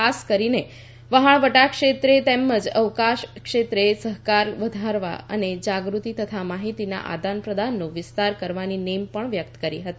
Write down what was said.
ખાસ કરીને વહાણવટા ક્ષેત્રે તેમજ અવકાશ ક્ષેત્રે સહકાર વધારવા અને જાગૃતિ તથા માહિતીના આદાન પ્રદાનનો વિસ્તાર કરવાની નેમ પણ વ્યક્ત કરી હતી